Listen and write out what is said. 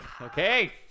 Okay